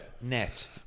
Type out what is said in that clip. net